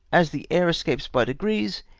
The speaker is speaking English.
as the air escapes by degrees,